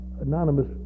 anonymous